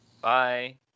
Bye